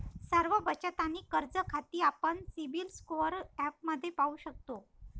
सर्व बचत आणि कर्ज खाती आपण सिबिल स्कोअर ॲपमध्ये पाहू शकतो